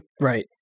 Right